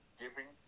giving